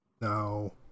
No